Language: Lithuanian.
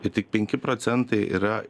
ir tik penki procentai yra